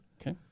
Okay